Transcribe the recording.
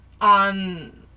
on